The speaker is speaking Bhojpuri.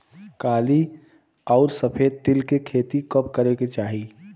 काली अउर सफेद तिल के खेती कब करे के चाही?